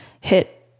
hit